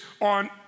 on